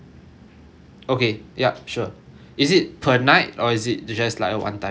okay yup sure is it per night or is it just like a one time thing